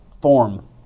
form